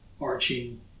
arching